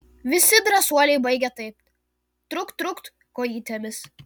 visi drąsuoliai baigia taip trukt trukt kojytėmis